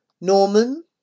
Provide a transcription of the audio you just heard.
Norman